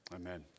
amen